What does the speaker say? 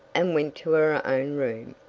and went to her own room.